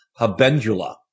habendula